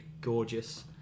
gorgeous